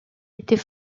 était